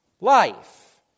life